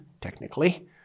technically